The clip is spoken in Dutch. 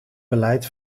beleid